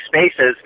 spaces